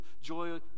joy